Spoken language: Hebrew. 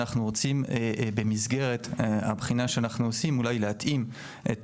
אנחנו רוצים במסגרת הבחינה שאנחנו עושים אולי להתאים את